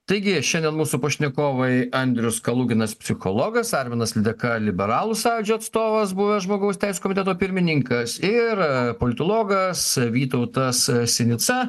taigi šiandien mūsų pašnekovai andrius kaluginas psichologas arminas lydeka liberalų sąjūdžio atstovas buvęs žmogaus teisių komiteto pirmininkas ir politologas vytautas sinica